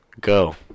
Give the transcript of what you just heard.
Go